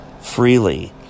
freely